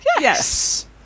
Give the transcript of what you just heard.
yes